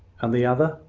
and the other?